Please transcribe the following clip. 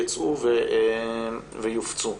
וייצאו ויופצו.